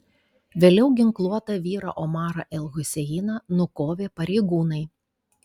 vėliau ginkluotą vyrą omarą el huseiną nukovė pareigūnai